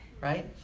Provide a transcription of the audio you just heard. right